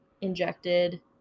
injected